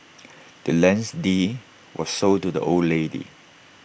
the land's deed was sold to the old lady